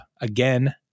again